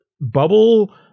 bubble